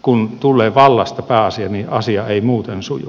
kun tulee vallasta pääasia niin asia ei muuten suju